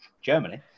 Germany